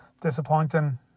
disappointing